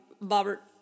Robert